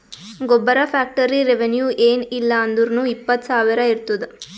ಗೊಬ್ಬರ factory revenue ಏನ್ ಇಲ್ಲ ಅಂದುರ್ನೂ ಇಪ್ಪತ್ತ್ ಸಾವಿರ ಇರ್ತುದ್